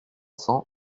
cents